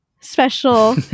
special